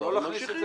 ממשיכים.